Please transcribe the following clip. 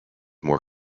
more